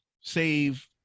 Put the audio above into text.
save